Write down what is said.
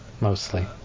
Mostly